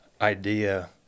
idea